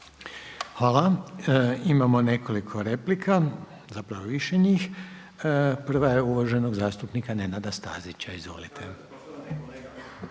Hvala. Imamo nekoliko replika, zapravo više njih. Prva je uvaženog zastupnika Nenada Stazića. Izvolite.